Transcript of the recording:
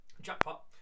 jackpot